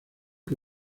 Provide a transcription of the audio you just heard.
que